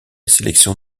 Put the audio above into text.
sélection